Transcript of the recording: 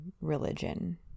religion